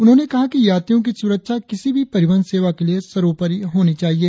उन्होंने कहा कि यात्रियों की सुरक्षा किसी भी परिवहन सेवा के लिए सर्वोपरि होनी चाहिए